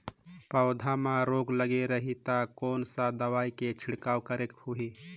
पौध मां रोग लगे रही ता कोन सा दवाई के छिड़काव करेके होही?